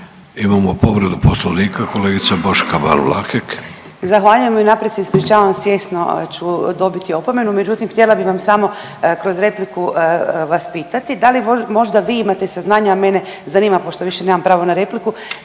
Imamo povredu Poslovnika kolegica Boška Ban Vlahek. **Ban, Boška (SDP)** Zahvaljujem i unaprijed se ispričavam. Svjesno ću dobiti opomenu, međutim htjela bih vam samo kroz repliku vas pitati da li možda vi imate saznanja, a mene zanima pošto više nemam pravo na repliku